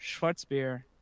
Schwarzbier